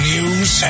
News